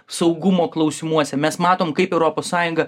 saugumo klausimuose mes matom kaip europos sąjunga